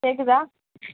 கேட்குதா